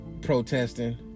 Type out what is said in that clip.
protesting